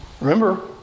Remember